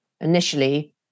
initially